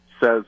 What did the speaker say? says